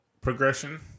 progression